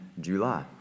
July